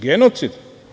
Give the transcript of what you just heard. Genocid.